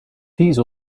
these